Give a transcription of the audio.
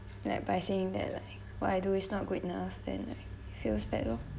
like by saying that like what I do is not good enough then it feels bad lor